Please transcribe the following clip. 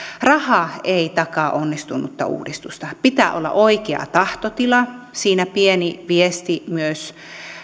raha ei takaa onnistunutta uudistusta pitää olla oikea tahtotila siinä pieni viesti myös